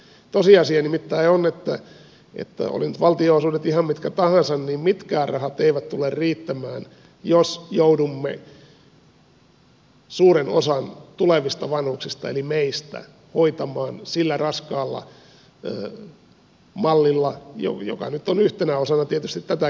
tosiasia nimittäin on että olivat nyt valtionosuudet ihan mitkä tahansa niin mitkään rahat eivät tule riittämään jos joudumme suuren osan tulevista vanhuksista eli meistä hoitamaan sillä raskaalla mallilla joka nyt on yhtenä osana tietysti tätäkin lakia